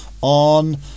on